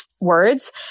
words